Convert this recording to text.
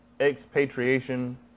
Expatriation